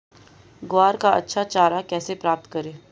ग्वार का अच्छा चारा कैसे प्राप्त करें?